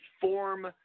form